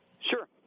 Sure